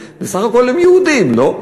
בסך הכול הם יהודים, לא?